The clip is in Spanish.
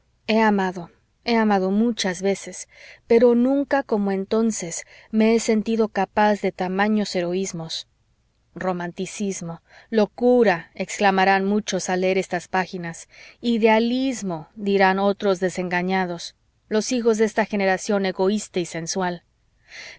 he amado he amado muchas veces pero nunca como entonces me he sentido capaz de tamaños heroismos romanticismo locura exclamarán muchos al leer estas páginas idealismo dirán los desengañados los hijos de esta generación egoísta y sensual